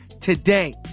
today